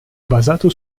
basato